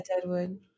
Deadwood